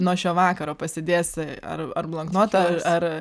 nuo šio vakaro pasidėsi ar ar bloknotą ar ar